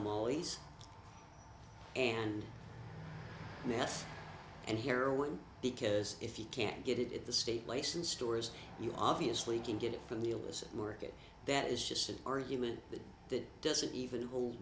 always and meth and heroin because if you can get it at the state licensed stores you obviously can get it from the illicit market that is just an argument but that doesn't even hold